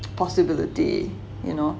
possibility you know